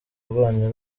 rwanyu